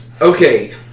Okay